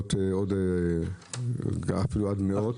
לקלוט עוד מאות.